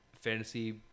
Fantasy